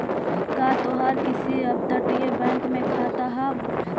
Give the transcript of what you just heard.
का तोहार किसी अपतटीय बैंक में खाता हाव